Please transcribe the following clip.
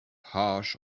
harsh